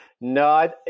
No